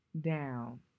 down